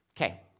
Okay